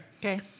Okay